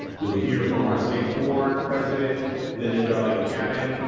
you'll hear from our state board president linda darling-hammond,